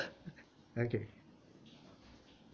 okay